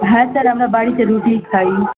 হ্যাঁ স্যার আমরা বাড়িতে রুটিই খাই